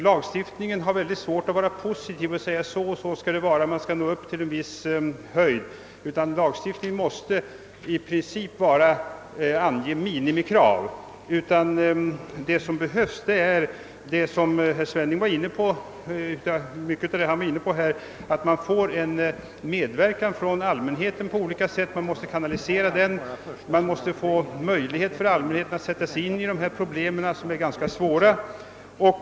Lagstiftningen har mycket svårt att vara positiv och säga att så och så skall det vara och att man skall nå upp till en viss önskad standard; den måste i princip ange minimikrav. Vad som behövs är — vilket herr Svenning var inne på — en medverkan från allmänheten på olika sätt. Den måste kanaliseras, och allmänheten måste få möjlighet att sätta sig in i dessa problem, som är ganska svåra.